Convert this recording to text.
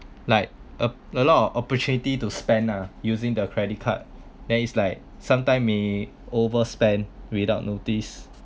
like a a lot of opportunity to spend ah using the credit card then it's like sometime may overspend without notice